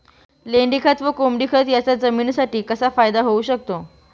लेंडीखत व कोंबडीखत याचा जमिनीसाठी कसा फायदा होऊ शकतो?